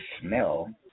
smell